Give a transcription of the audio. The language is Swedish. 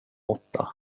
åtta